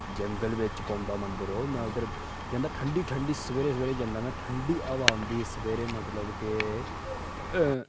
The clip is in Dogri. जंगल बिच पौंदा मंदर ओह् में उद्धर जन्ना ठंड़ी ठंड़ी सवेरे सवेरे जन्ना में ठंडी ब्हा औंदी सवेरै मतलब